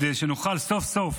כדי שנוכל סוף-סוף